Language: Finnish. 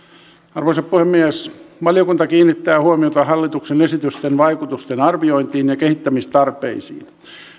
arvoisa puhemies valiokunta kiinnittää huomiota hallituksen esitysten vaikutusten arviointiin ja kehittämistarpeisiin